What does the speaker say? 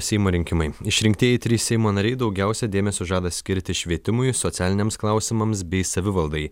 seimo rinkimai išrinktieji trys seimo nariai daugiausia dėmesio žada skirti švietimui socialiniams klausimams bei savivaldai